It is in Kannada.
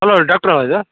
ಹಲೋ ಡಾಕ್ಟ್ರ ಇದು